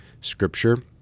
scripture